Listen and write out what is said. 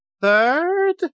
third